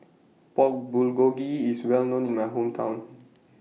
Pork Bulgogi IS Well known in My Hometown